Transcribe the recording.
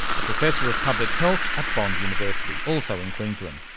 a professor of public health at bond university, also in queensland.